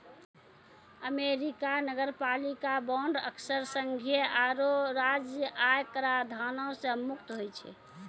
America नगरपालिका bond अक्सर संघीय आरो राज्य आय कराधानो से मुक्त होय छै